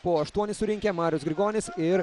po aštuonis surinkę marius grigonis ir